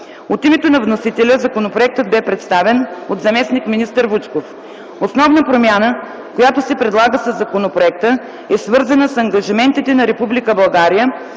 От името на вносителя законопроектът бе представен от заместник-министър Вучков. Основна промяна, която се предлага със законопроекта, е свързана с ангажиментите на